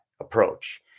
approach